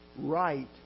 right